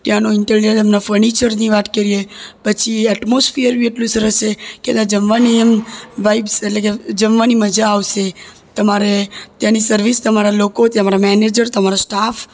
ત્યાંનું ઇન્ટિરિયર અને ફર્નિચરની વાત કરીએ પછી એટ્મોસફીયર બી એટલું સરસ છે કે તાં જમવાની એમ વાઈબ્સ એટલે કે જમવાની મજા આવશે તમારે ત્યાંની સર્વિસ તમારા લોકો તમારા મેનેજર તમારો સ્ટાફ